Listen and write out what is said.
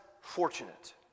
fortunate